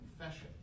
confession